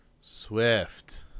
Swift